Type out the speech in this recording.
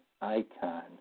icon